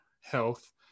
health